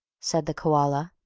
said the koala.